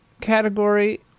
category